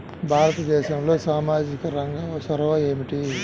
భారతదేశంలో సామాజిక రంగ చొరవ ఏమిటి?